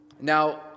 Now